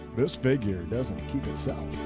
this figure doesn't keep himself.